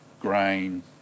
grain